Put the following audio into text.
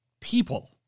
people